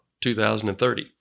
2030